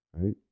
right